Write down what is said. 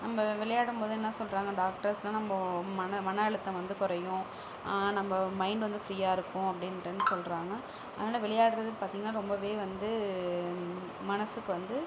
நம்ப விளையாடும்போது என்ன சொல்லுறாங்க டாக்டர்ஸ் எல்லாம் நம்ப மன மன அழுத்தம் வந்து குறையும் நம்ப மைண்ட் வந்து ஃப்ரீயாக இருக்கும் அப்படின்ட்டுன் சொல்லுறாங்க அதனால விளையாட்றது பார்த்தீங்கன்னா ரொம்பவே வந்து மனசுக்கு வந்து